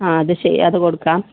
ആ അത് ശരി അത് കൊടുക്കാം